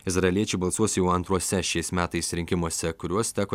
izraeliečiai balsuos jau antruose šiais metais rinkimuose kuriuos teko